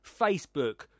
Facebook